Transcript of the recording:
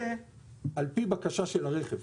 ועל פי בקשה של הרכב.